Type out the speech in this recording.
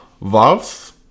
valves